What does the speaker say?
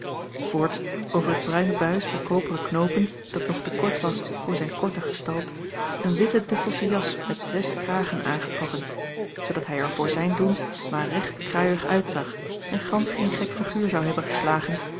voorts over het bruine buis met koperen knoopen dat nog te kort was voor zijn korte gestalte een witte duffelsche jas met zes kragen aangetrokken zoodat hij er voor zijn doen maar recht kruiig uitzag en gansch geen gek figuur zou hebben geslagen